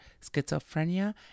schizophrenia